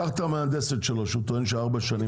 קח את המהנדסת שלו שהוא טוען שארבע שנים